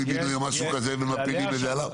בינוי או משהו כזה ומפילים את זה עליו?